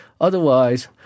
Otherwise